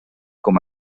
com